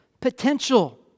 potential